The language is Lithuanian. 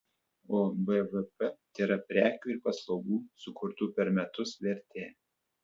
o bvp tėra prekių ir paslaugų sukurtų per metus vertė